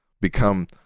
become